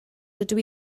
dydw